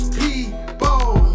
people